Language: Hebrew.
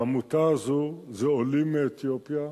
העמותה הזאת זו עולים מאתיופיה,